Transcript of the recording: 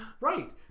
right